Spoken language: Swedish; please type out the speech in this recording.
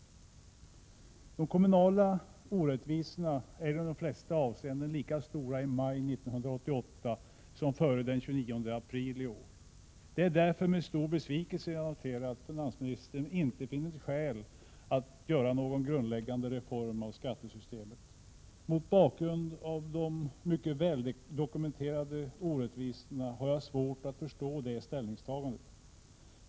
De kommunala orättvisorna är i de flesta avseenden lika stora i maj 1988 som de var före den 29 aprili år. Det är därför med stor besvikelse jag noterar att finansministern ”inte finner skäl att göra någon grundläggande reform av kommunalskattesystemet”. Mot bakgrund av de mycket väldokumenterade orättvisorna har jag svårt att förstå det ställningstagandet.